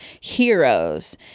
heroes